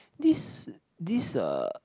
this this uh